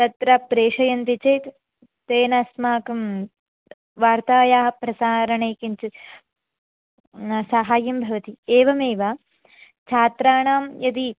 तत्र प्रेषयन्ति चेत् तेन अस्माकं वार्तायाः प्रसारणे किञ्चित् साहाय्यं भवति एवमेव छात्राणां यदि